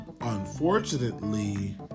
unfortunately